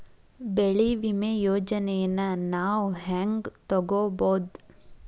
ಬೆಳಿ ವಿಮೆ ಯೋಜನೆನ ನಾವ್ ಹೆಂಗ್ ತೊಗೊಬೋದ್?